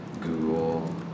Google